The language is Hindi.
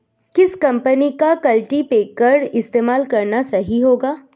किस कंपनी का कल्टीपैकर इस्तेमाल करना सही होगा?